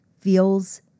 feels